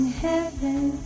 heaven